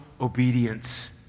obedience